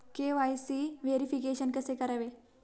KYC verification कसे करावे?